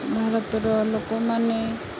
ଭାରତର ଲୋକମାନେ